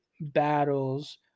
battles